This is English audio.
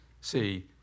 See